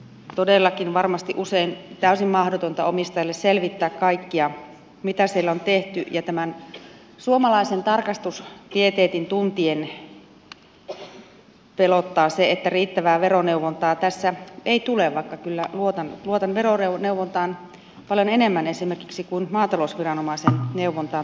on todellakin varmasti usein täysin mahdotonta omistajalle selvittää kaikkea mitä siellä on tehty ja tämän suomalaisen tarkastuspieteetin tuntien pelottaa se että riittävää veroneuvontaa tässä ei tule vaikka kyllä luotan veroneuvontaan paljon enemmän kuin esimerkiksi maatalousviranomaisen neuvontaan tarkastusasioissa